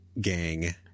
Gang